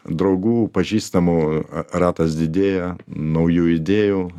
draugų pažįstamų ratas didėja naujų idėjų